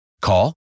Call